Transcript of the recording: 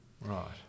Right